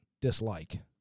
dislike